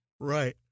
Right